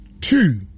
two